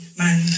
man